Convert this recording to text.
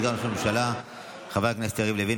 סגן ראש הממשלה חבר הכנסת יריב לוין,